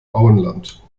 auenland